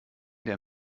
der